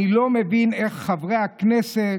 אני לא מבין איך חברי הכנסת,